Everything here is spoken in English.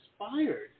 inspired